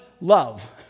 love